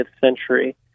century